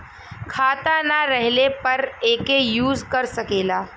खाता ना रहले पर एके यूज कर सकेला